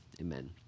Amen